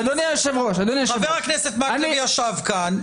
אדוני היושב-ראש --- חבר הכנסת מקלב ישב כאן,